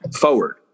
forward